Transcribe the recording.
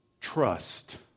trust